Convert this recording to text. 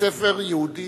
בבית-ספר יהודי